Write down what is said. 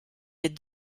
est